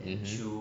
mmhmm